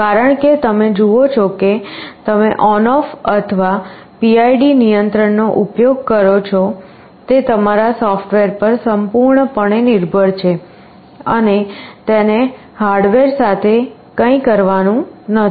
કારણ કે તમે જુઓ છો કે તમે ON OFF અથવા PID નિયંત્રણનો ઉપયોગ કરો છો તે તમારા સોફ્ટવેર પર સંપૂર્ણપણે નિર્ભર છે અને તેને હાર્ડવેર સાથે કંઈ કરવાનું નથી